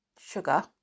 sugar